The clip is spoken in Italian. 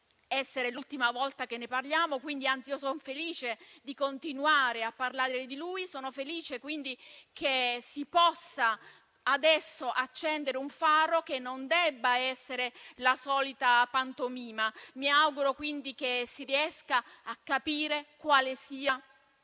essere l'ultima volta che ne parliamo e anzi sono felice di continuare a parlare di lui, sono felice che si possa adesso accendere un faro che non sia la solita pantomima. Mi auguro che si riesca a capire quali